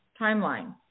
timeline